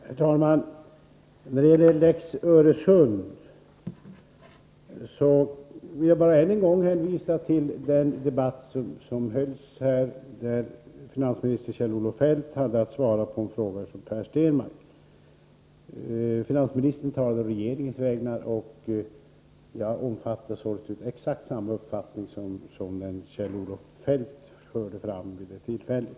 Herr talman! När det gäller lex Öresund vill jag bara än en gång hänvisa till den debatt som hölls när finansminister Kjell-Olof Feldt hade att svara på en fråga av Per Stenmarck. Finansministern talade då å regeringens vägnar, och jag omfattar således exakt samma uppfattning som den Kjell-Olof Feldt förde fram vid det tillfället.